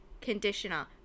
conditioner